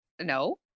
no